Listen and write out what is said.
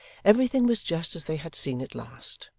everything was just as they had seen it last.